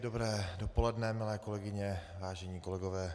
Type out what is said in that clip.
Dobré dopoledne, milé kolegyně, vážení kolegové.